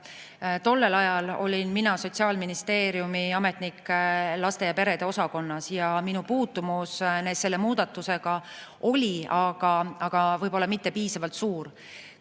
Tollel ajal olin mina Sotsiaalministeeriumi ametnik laste ja perede osakonnas ning minu puutumus selle muudatusega ei olnud võib-olla piisavalt suur.